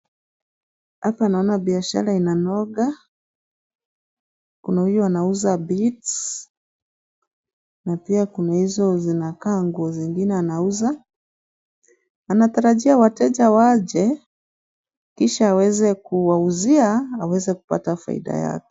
Hapa naona biashara inanoka kuna huyu anauza bids na pia kuna hizo zinakaa nguo zingine anauza, anatarajia wateja wache kisha waweze kuuzia aweze kupata faida yake.